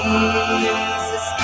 Jesus